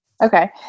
Okay